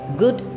good